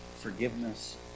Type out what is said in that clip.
forgiveness